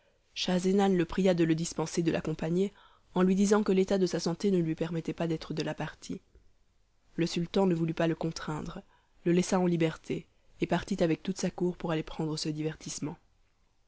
schahzenan le pria de le dispenser de l'accompagner en lui disant que l'état de sa santé ne lui permettait pas d'être de la partie le sultan ne voulut pas le contraindre le laissa en liberté et partit avec toute sa cour pour aller prendre ce divertissement